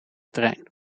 trein